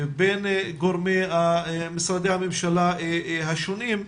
בין גורמי משרדי הממשלה השונים,